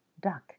duck